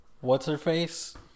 What's-her-face